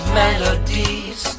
melodies